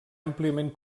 àmpliament